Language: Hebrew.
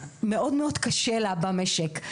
מאוד מאוד קשה לה במשק.